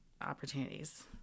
opportunities